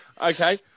Okay